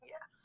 Yes